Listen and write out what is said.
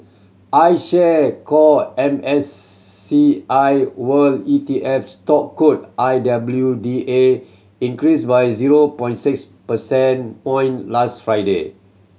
I Share Core M S C I World E T F stock code I W D A increased by zero point six percent point last Friday